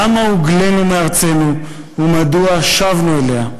למה הוגלינו מארצנו ומדוע שבנו אליה.